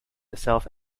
itself